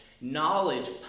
Knowledge